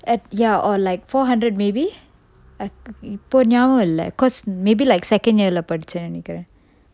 ya or like four hundred maybe இப்போ ஞாபகம் இல்ல:ippo njapakam illa cause maybe like second year lah படிச்சன்னு நெனைக்குரன்:padichannu nenaikkuran